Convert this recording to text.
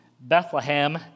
Bethlehem